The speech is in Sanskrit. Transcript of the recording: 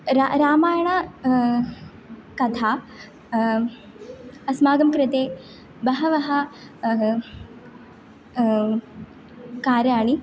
रा रामायण कथा अस्माकं कृते बहवः कार्याणि